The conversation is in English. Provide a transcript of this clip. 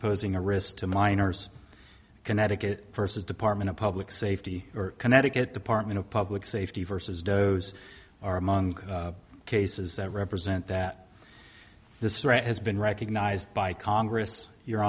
posing a risk to minors connecticut versus department of public safety or connecticut department of public safety versus doughs are among the cases that represent that this right has been recognized by congress your